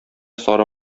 сары